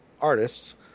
artists